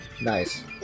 Nice